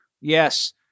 yes